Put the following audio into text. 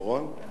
עכשיו הוא